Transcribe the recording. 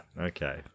Okay